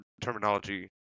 terminology